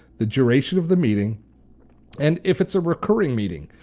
the duration of the meeting and if it's a recurring meeting.